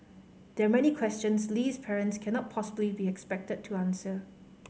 there are many questions Lee's parents cannot possibly be expected to answer